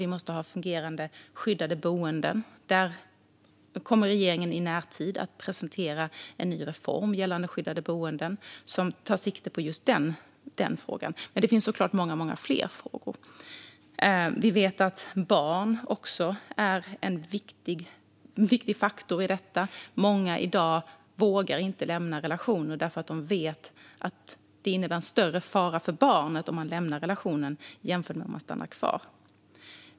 Vi måste ha fungerande skyddade boenden. Där kommer regeringen i närtid att presentera en ny reform gällande skyddade boenden som tar sikte på just den frågan. Men det finns såklart många fler frågor. Vi vet att barn är en viktig faktor i detta. Många vågar i dag inte lämna relationer därför att de vet att det innebär en större fara för barnet om man lämnar relationen jämfört med om man stannar kvar.